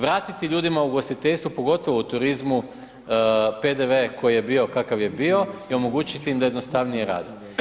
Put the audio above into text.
Vratiti ljudima ugostiteljstvo pogotovo u turizmu PDV koji je bio kakav je bio i omogućiti im da jednostavnije rade.